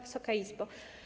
Wysoka Izbo!